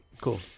Cool